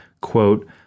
quote